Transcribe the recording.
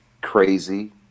crazy